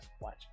Watch